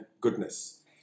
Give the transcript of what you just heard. goodness